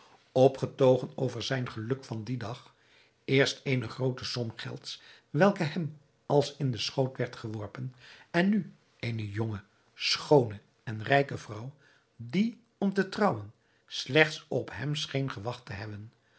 opgetogen over zijn geluk van dien dag eerst eene groote som gelds welke hem als in den schoot werd geworpen en nu eene jonge schoone en rijke vrouw die om te trouwen slechts op hem scheen gewacht te hebben